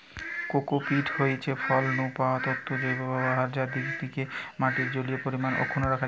cocopeat হয়ঠে ফল নু পাওয়া তন্তুর জৈব ব্যবহার যা দিকি মাটির জলীয় পরিমাণ অক্ষুন্ন রাখা যায়